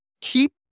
Keep